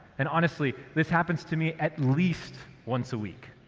and, honestly, this happens to me at least once a week.